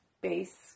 base